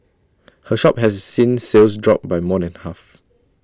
her shop has seen sales drop by more than half